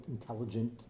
intelligent